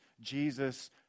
Jesus